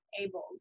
able